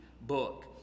book